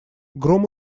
гром